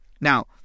Now